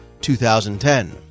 2010